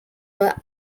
were